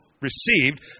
received